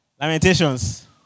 Lamentations